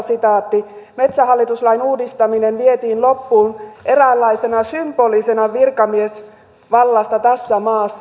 metsähallitus lain uudistaminen vietiin loppuun eräänlaisena symbolina virkamiesvallasta tässä maassa